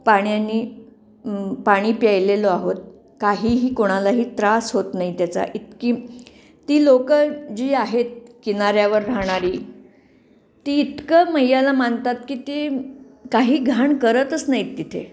पाण्याने पाणी प्यायलेलो आहोत काहीही कोणालाही त्रास होत नाही त्याचा इतकी ती लोकं जी आहेत किनाऱ्यावर राहणारी ती इतकं मैयाला मानतात की ती काही घाण करतच नाहीत तिथे